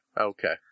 okay